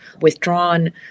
withdrawn